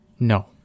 No